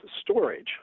storage